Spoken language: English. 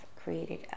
created